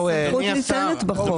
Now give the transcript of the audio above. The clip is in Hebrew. הסמכות ניתנת בחוק.